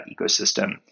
ecosystem